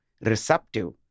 receptive